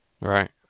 Right